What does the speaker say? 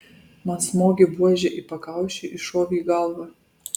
man smogė buože į pakaušį iššovė į galvą